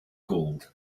gold